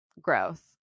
growth